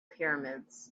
pyramids